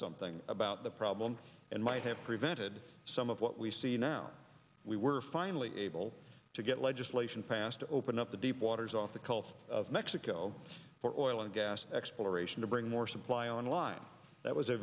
something about the problem and might have prevented some of what we see now we were finally able to get legislation passed to open up the deep waters off the coast of mexico for oil and gas exploration to bring more supply online that was a